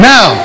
Now